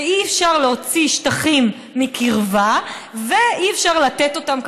שלא יהיה אפשר להוציא שטחים מקרבה ולתת אותם,